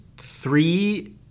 three